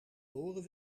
horen